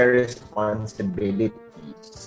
responsibilities